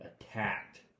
attacked